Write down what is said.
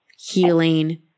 healing